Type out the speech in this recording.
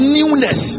newness